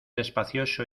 despacioso